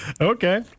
Okay